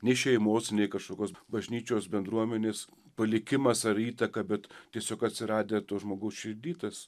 nei šeimos nei kažkokios bažnyčios bendruomenės palikimas ar įtaka bet tiesiog atsiradę to žmogaus širdy tas